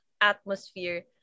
atmosphere